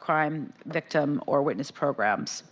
crime victim or witness programs.